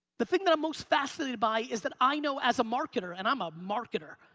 the thing that i'm most fascinated by is that i know as a marketer, and i'm a marketer,